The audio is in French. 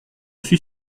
suis